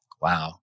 Wow